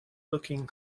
looking